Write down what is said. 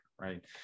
right